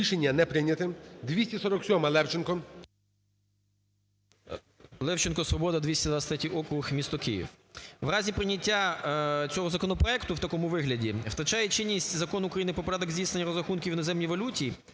Рішення не прийняте. 247-а, Левченко. 16:58:32 ЛЕВЧЕНКО Ю.В. Левченко, "Свобода", 223 округ місто Київ. В разі прийняття цього законопроекту в такому вигляді втрачає чинність Закон України "Про порядок здійснення розрахунків у іноземній валюті"